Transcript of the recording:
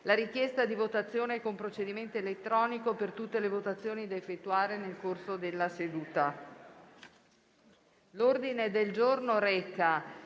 la richiesta di votazione con procedimento elettronico per tutte le votazioni da effettuare nel corso della seduta. La richiesta